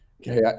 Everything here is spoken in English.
Okay